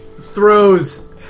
throws